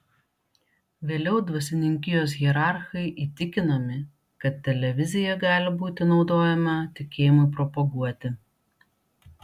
vėliau dvasininkijos hierarchai įtikinami kad televizija gali būti naudojama tikėjimui propaguoti